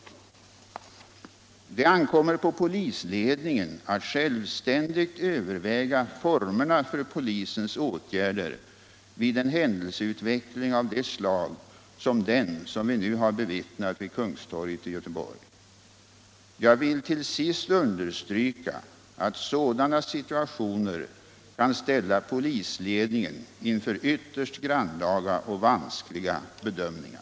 polisingripande Det ankommer på polisledningen att självständigt överväga formerna för polisens åtgärder vid en händelseutveckling av det slag som den som vi nu har bevittnat vid Kungstorget i Göteborg. Jag vill till sist understryka att sådana situationer kan ställa polisledningen inför ytterst grannlaga och vanskliga bedömningar.